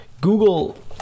Google